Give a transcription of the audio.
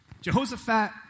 Jehoshaphat